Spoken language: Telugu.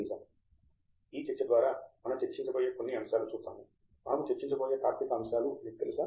ప్రొఫెసర్ ప్రతాప్ హరిదాస్ ఈ చర్చ ద్వారా మనం చర్చించబోయే కొన్ని అంశాలు చూడండి మనము చర్చించబోయే తాత్విక అంశాలు మీకు తెలుసా